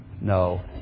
no